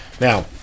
Now